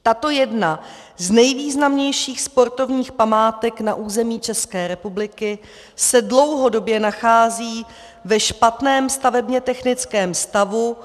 Tato jedna z nejvýznamnějších sportovních památek na území České republiky se dlouhodobě nachází ve špatném stavebnětechnickém stavu.